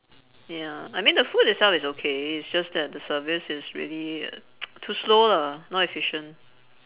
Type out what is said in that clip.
ya I mean the food itself is okay it's just that the service is really too slow lah not efficient